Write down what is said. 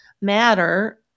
matter